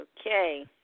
Okay